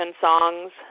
songs